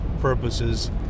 purposes